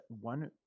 one